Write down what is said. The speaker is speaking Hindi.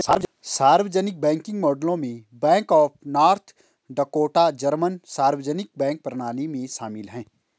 सार्वजनिक बैंकिंग मॉडलों में bank of North Dakota German सार्वजनिक बैंक प्रणाली शामिल है